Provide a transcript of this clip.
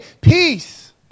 peace